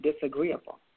disagreeable